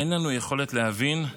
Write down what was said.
אין לנו יכולת להבין,